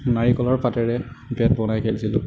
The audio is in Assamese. নাৰিকলৰ পাতেৰে বেট বনাই খেলিছিলোঁ